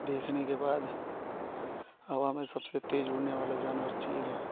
देखने के बाद हवा में सबसे तेज़ उड़ने वाला जानवर चील है